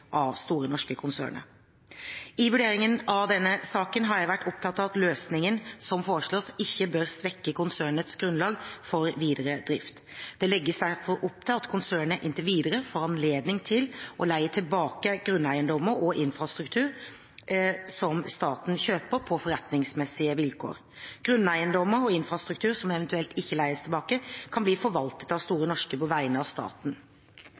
av Store Norske-konsernet. I vurderingen av denne saken har jeg vært opptatt av at løsningen som foreslås, ikke bør svekke konsernets grunnlag for videre drift. Det legges derfor opp til at konsernet inntil videre får anledning til å leie tilbake grunneiendommer og infrastruktur som staten kjøper, på forretningsmessige vilkår. Grunneiendommer og infrastruktur som eventuelt ikke leies tilbake, kan bli forvaltet av Store Norske på vegne av staten.